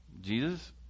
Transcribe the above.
Jesus